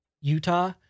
Utah